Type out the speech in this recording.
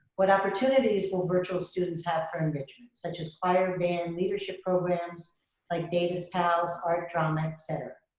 what opportunities will virtual students have for enrichment such as choir, band, leadership programs like davis pals, art, drama, et cetera?